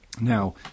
Now